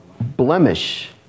blemish